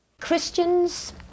christians